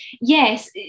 yes